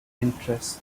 interest